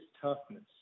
toughness